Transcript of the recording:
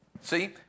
See